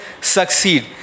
succeed